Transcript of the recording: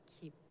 keep